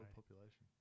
population